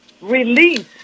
Release